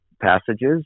passages